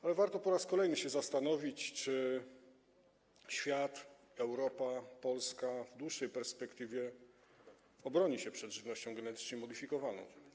Kolejny raz warto się zastanowić, czy świat, Europa, Polska w dłuższej perspektywie obronią się przed żywnością genetycznie modyfikowaną.